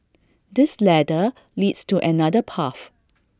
this ladder leads to another path